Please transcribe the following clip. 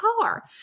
car